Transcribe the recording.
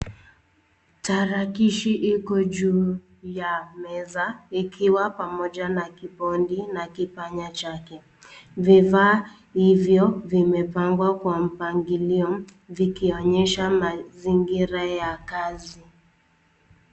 Tarakilishi iko juu ya meza, ikiwa pamoja na kibodi na kipanya chake. Vifaa hivyo vimepangwa kwa mpangilio, vikionyesha mazingira ya kazi.